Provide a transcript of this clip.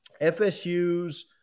FSU's